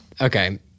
Okay